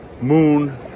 moon